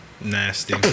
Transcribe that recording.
nasty